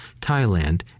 Thailand